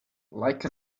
like